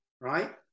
right